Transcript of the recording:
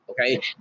Okay